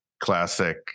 classic